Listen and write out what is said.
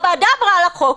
הוועדה עברה על החוק.